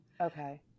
Okay